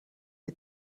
die